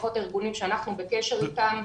לפחות הארגונים שאנחנו בקשר אתם,